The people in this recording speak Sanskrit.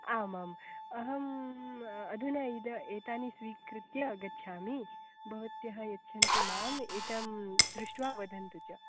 आमाम् अहम् अधुना इदम् एतानि स्वीकृत्य आगच्छामि भवत्यः यच्छन्तु माम् एतत् दृष्ट्वा वदन्तु च